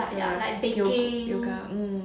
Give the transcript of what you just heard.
ya yo yoga mm